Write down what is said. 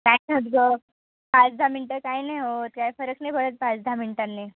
काय नाही होत गं पाच दहा मिनटं काय नाही होत काय फरक नाही पडत पाच दहा मिनटांनी